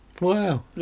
Wow